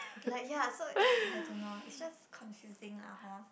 like ya so I I don't know it's just confusing lah hor